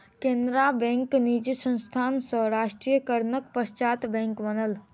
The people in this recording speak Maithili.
केनरा बैंक निजी संस्थान सॅ राष्ट्रीयकरणक पश्चात बैंक बनल